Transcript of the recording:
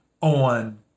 on